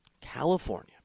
California